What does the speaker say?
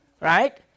right